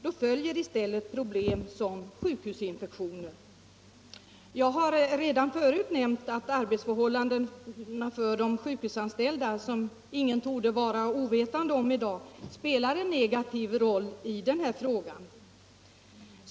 Då följer i stället problem som sjukhusinfektioner. Jag har redan förut nämnt att arbetsförhållandena för de sjukhusanställda, som ingen torde vara ovetande om i dag, spelar en negativ roll i denna fråga.